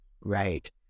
Right